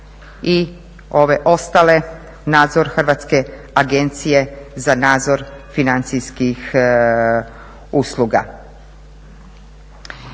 i ove ostale nadzor Hrvatske agencije za nadzor financijskih usluga.